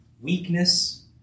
weakness